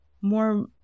more